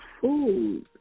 food